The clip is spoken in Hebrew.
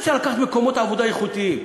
אפשר לקחת מקומות עבודה איכותיים,